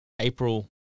April